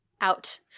out